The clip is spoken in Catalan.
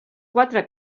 quatre